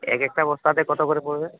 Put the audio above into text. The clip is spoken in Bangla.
এক একটা বস্তাতে কত করে পড়বে